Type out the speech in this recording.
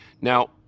Now